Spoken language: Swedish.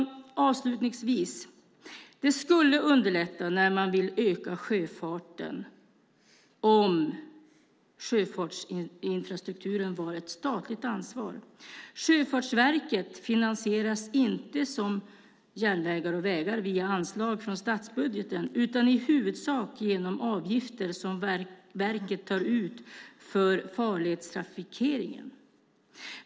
Jag vill avslutningsvis säga att det skulle underlätta när man vill öka sjöfarten om sjöfartsinfrastrukturen var ett statligt ansvar. Sjöfartsverket finansieras inte som järnvägar och vägar via anslag från statsbudgeten utan i huvudsak genom avgifter som verket tar ut för farledstrafikeringen.